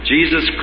Jesus